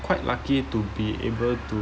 quite lucky to be able to